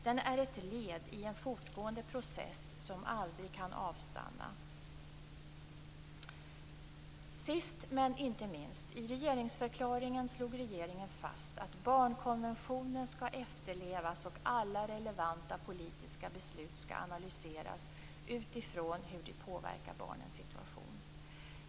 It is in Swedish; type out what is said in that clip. Den är ett led i en fortgående process som aldrig kan avstanna. Sist men inte minst slog regeringen i regeringsförklaringen fast: "Barnkonventionen skall efterlevas och alla relevanta politiska beslut skall analyseras utifrån hur de påverkar barnens situation".